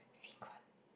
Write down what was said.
secret